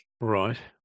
Right